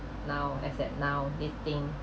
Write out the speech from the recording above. now except now this thing